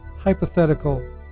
hypothetical